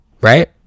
Right